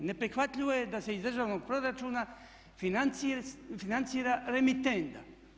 Neprihvatljivo je da se iz državnog proračuna financira remitenda.